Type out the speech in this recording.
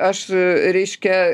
aš reiškia